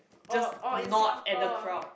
oh oh in Singapore